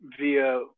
via